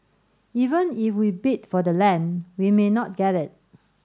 even if we bid for the land we may not get it